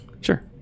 sure